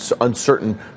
uncertain